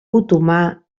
otomà